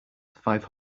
five